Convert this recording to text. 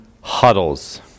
huddles